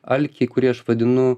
alkį kurį aš vadinu